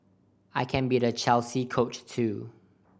I can be the Chelsea Coach too